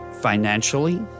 financially